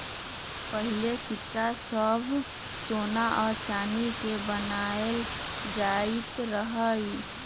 पहिले सिक्का सभ सोना आऽ चानी के बनाएल जाइत रहइ